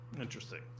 interesting